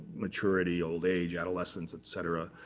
maturity, old age, adolescence, et cetera.